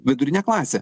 vidurinė klasė